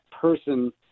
person